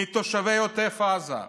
מתושבי עוטף עזה.